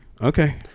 Okay